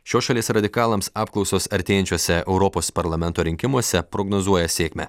šios šalies radikalams apklausos artėjančiuose europos parlamento rinkimuose prognozuoja sėkmę